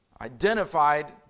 identified